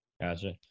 gotcha